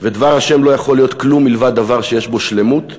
ודבר ה' לא יכול להיות שום דבר מלבד דבר שיש בו שלמות ושלום.